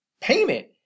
payment